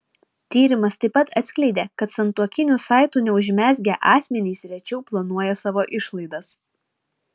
tyrimas taip pat atskleidė kad santuokinių saitų neužmezgę asmenys rečiau planuoja savo išlaidas